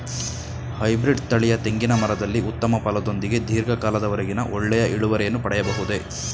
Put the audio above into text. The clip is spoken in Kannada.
ಹೈಬ್ರೀಡ್ ತಳಿಯ ತೆಂಗಿನ ಮರದಲ್ಲಿ ಉತ್ತಮ ಫಲದೊಂದಿಗೆ ಧೀರ್ಘ ಕಾಲದ ವರೆಗೆ ಒಳ್ಳೆಯ ಇಳುವರಿಯನ್ನು ಪಡೆಯಬಹುದೇ?